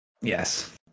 Yes